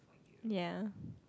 ya